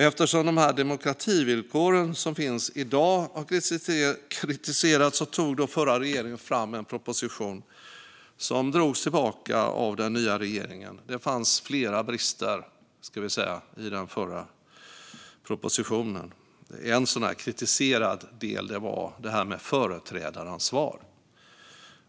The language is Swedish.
Eftersom de demokrativillkor som finns i dag har kritiserats tog den förra regeringen fram en proposition som drogs tillbaka av den nya regeringen. Det fanns flera brister i den förra propositionen. En sådan kritiserad del var detta med företrädaransvar.